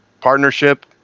partnership